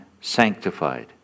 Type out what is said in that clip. sanctified